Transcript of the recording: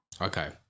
Okay